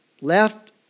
left